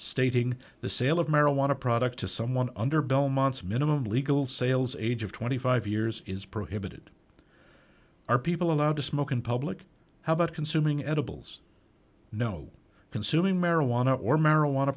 stating the sale of marijuana product to someone under belmont's minimum legal sales age of twenty five years is prohibited are people allowed to smoke in public how about consuming edibles know consuming marijuana